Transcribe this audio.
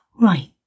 right